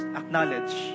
acknowledge